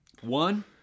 one